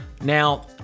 now